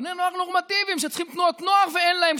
בני נוער נורמטיביים שצריכים תנועות נוער ואין להם,